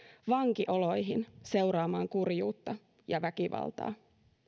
vankioloihin seuraamaan kurjuutta ja väkivaltaa